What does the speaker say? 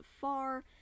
far